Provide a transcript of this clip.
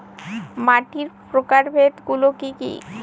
মাটির প্রকারভেদ গুলো কি কী?